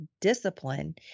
discipline